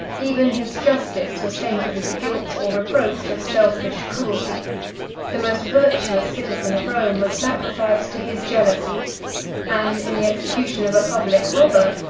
even his justice was tainted with the guilt or reproach of selfish cruelty the most virtuous citizen of rome was sacrificed to his jealousy and in the execution of a public robber,